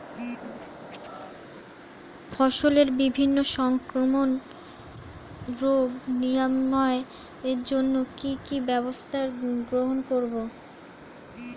ফসলের বিভিন্ন সংক্রামক রোগ নিরাময়ের জন্য কি কি ব্যবস্থা গ্রহণ করব?